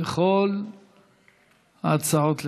על כל ההצעות לסדר-היום.